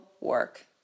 work